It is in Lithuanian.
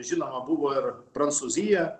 žinoma buvo ir prancūzija